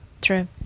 true